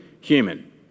human